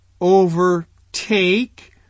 overtake